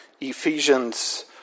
Ephesians